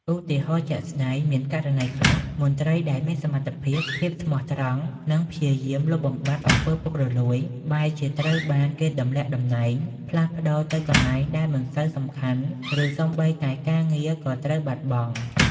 ឧទាហរណ៍ជាក់ស្ដែង មានករណីខ្លះ មន្ត្រីដែលមានសមត្ថភាព ភាពស្មោះត្រង់ និងព្យាយាមលុបបំបាត់អំពើពុករលួយ បែរជាត្រូវបានគេទម្លាក់តំណែង ផ្លាស់ប្តូរទៅកន្លែងដែលមិនសូវសំខាន់ ឬសូម្បីតែការងារក៏ត្រូវបាត់បង់។